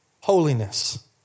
holiness